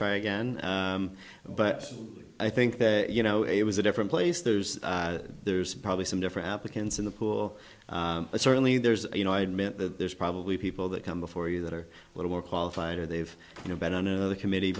try again but i think that you know it was a different place there's there's probably some different applicants in the pool but certainly there's you know i admit there's probably people that come before you that are a little more qualified or they've been of the committee